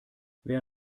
wer